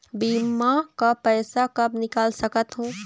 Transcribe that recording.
बीमा का पैसा कब निकाल सकत हो?